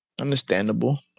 Understandable